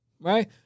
right